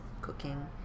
cooking